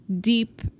deep